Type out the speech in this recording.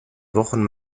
wochen